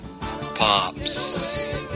Pops